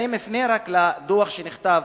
אני מפנה לדוח שנכתב,